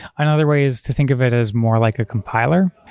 another way is to think of it as more like a compiler,